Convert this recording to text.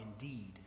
indeed